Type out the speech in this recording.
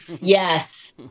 yes